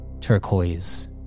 turquoise